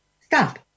stop